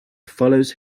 follows